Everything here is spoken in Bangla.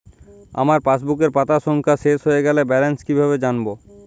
আমার পাসবুকের পাতা সংখ্যা শেষ হয়ে গেলে ব্যালেন্স কীভাবে জানব?